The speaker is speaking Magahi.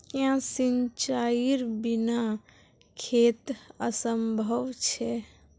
क्याँ सिंचाईर बिना खेत असंभव छै?